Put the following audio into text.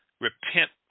Repent